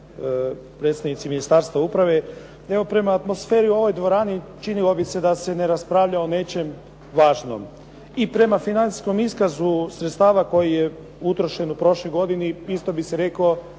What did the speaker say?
predstavnici Ministarstva uprave. Evo, prema atmosferi u ovoj dvorani činilo bi se da se ne raspravlja o nečem važnom i prema financijskom iskazu sredstava koja su utrošena u prošloj godini isto bi se reklo